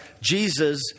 Jesus